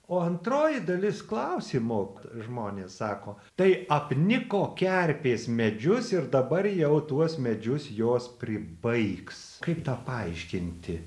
o antroji dalis klausimo žmonės sako tai apniko kerpės medžius ir dabar jau tuos medžius jos pribaigs kaip tą paaiškinti